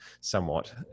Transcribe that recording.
somewhat